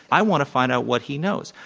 i want to find out what he knows.